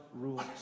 rules